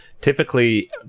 Typically